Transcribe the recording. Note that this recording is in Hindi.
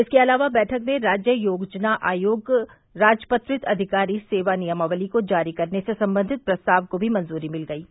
इसके अलावा बैठक में राज्य योजना आयोग राजपत्रित अधिकारी सेवा नियमावली को जारी करने से संबंधित प्रस्ताव को भी मंजूरी मिल गई है